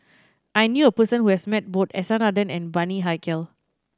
I knew a person who has met both S R Nathan and Bani Haykal